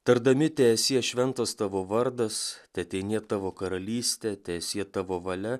tardami teesie šventas tavo vardas teateinie tavo karalystė teesie tavo valia